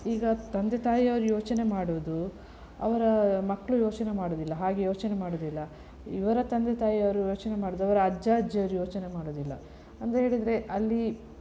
ಈಗ ತಂದೆ ತಾಯಿಯವ್ರು ಯೋಚನೆ ಮಾಡೋದು ಅವರ ಮಕ್ಕಳು ಯೋಚನೆ ಮಾಡೋದಿಲ್ಲ ಹಾಗೆ ಯೋಚನೆ ಮಾಡೋದಿಲ್ಲ ಇವರ ತಂದೆ ತಾಯಿಯವರು ಯೋಚನೆ ಮಾಡೋದು ಅವರ ಅಜ್ಜ ಅಜ್ಜಿಯರು ಯೋಚನೆ ಮಾಡೋದಿಲ್ಲ ಅಂತೇಳಿದ್ರೆ ಅಲ್ಲಿ